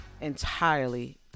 entirely